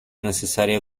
necesario